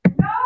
No